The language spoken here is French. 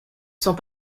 sont